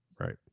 right